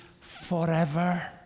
forever